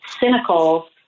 cynical